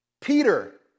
Peter